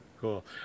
Cool